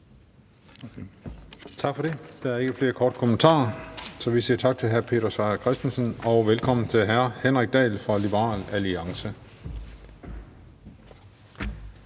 Tak for det. Der er ikke flere korte bemærkninger. Så vi siger tak til hr. Peter Seier Christensen og velkommen til hr. Henrik Dahl fra Liberal Alliance.